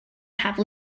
have